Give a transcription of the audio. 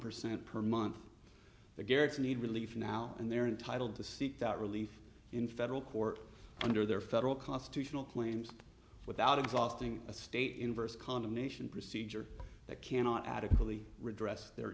percent per month the garrets need relief now and they're entitled to seek that relief in federal court under their federal constitutional claims without exhausting a state inverse condemnation procedure that cannot adequately redress their